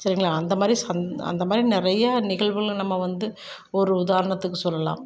சரிங்களா அந்த மாதிரி சந் அந்த மாதிரி நிறைய நிகழ்வுகளை நம்ம வந்து ஒரு உதாரணத்துக்கு சொல்லலாம்